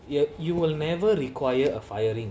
you you will never require a firing